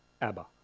Abba